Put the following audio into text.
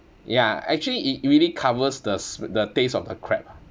ya actually it really covers the s~ the taste of the crab